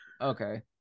okay